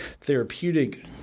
therapeutic